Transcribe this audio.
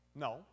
No